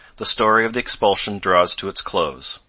the story of the expulsion draws to its close.